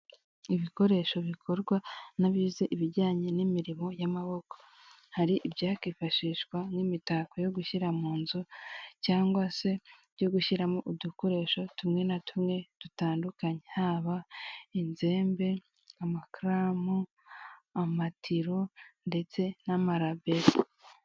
Ibikoresho bikorwa n'abize ibijyanye n'imirimo y'amaboko. Hari ibyakifashishwa nk'imitako yo gushyira mu nzu, cyangwa se byo gushyiramo udukoresho tumwe na tumwe dutandukanye. Haba inzembe, amakaramu, amatiro, ndetse n'amarabero.